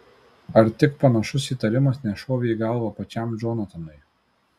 ar tik panašus įtarimas nešovė į galvą pačiam džonatanui